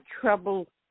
trouble